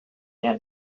behar